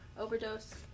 overdose